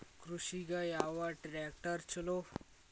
ಕೃಷಿಗ ಯಾವ ಟ್ರ್ಯಾಕ್ಟರ್ ಛಲೋ?